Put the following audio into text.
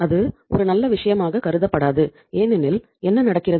அது ஒரு நல்ல விஷயமாக கருதப்படாது ஏனெனில் என்ன நடக்கிறது